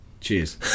Cheers